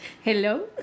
Hello